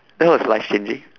that was life changing